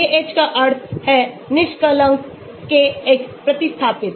KH का अर्थ है निष्कलंक Kx प्रतिस्थापित